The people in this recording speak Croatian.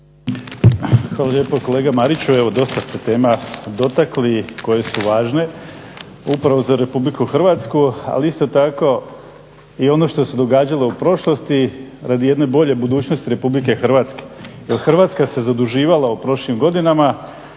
Hvala lijepo. Kolega Mariću, evo dosta ste tema dotakli koje su važne upravo za RH, ali isto tako i ono što se događalo u prošlosti radi jedne bolje budućnosti RH jer Hrvatska se zaduživala u prošlim godinama,